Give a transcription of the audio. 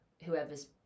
whoever's